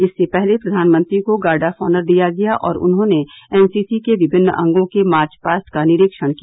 इससे पहले प्रधानमंत्री को गार्ड ऑफ ऑनर दिया गया और उन्होंने एनसीसी के विभिन्न अंगों के मार्च पास्ट का निरीक्षण किया